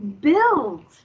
build